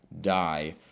die